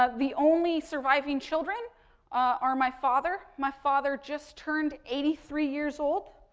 ah the only surviving children are my father. my father just turned eighty three years old.